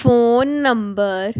phone number